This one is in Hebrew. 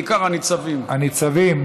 בעיקר הניצבים, הניצבים.